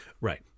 Right